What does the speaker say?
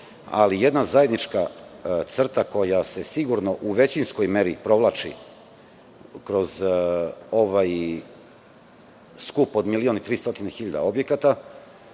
ali jedna zajednička crta koja se sigurno u većinskoj meri provlači kroz ovaj skup od 1.300.000 objekata